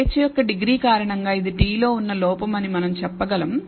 స్వేచ్ఛ యొక్క డిగ్రీ కారణంగా ఇది t లో ఉన్న లోపం అని మనం చెప్పగలం